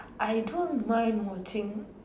I don't mind watching